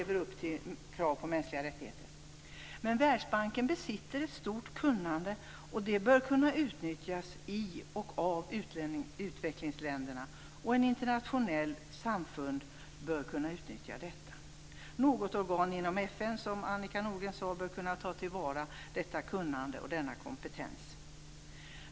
Världsbanken besitter ett stort kunnande, och det bör kunna utnyttjas i och av utvecklingsländerna och internationella samfund. Något organ inom FN - precis som Annika Nordgren sade - bör kunna ta till vara detta kunnande och denna kompetens.